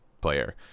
player